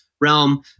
realm